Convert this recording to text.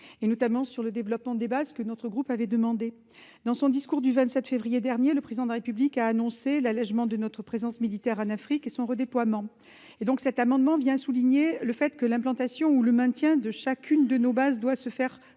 notamment sur le développement des bases françaises. Dans son discours du 27 février dernier, le Président de la République a annoncé l'allégement de notre présence militaire en Afrique et son redéploiement. Cet amendement vise à souligner le fait que l'implantation ou le maintien de chacune de nos bases doit se faire avec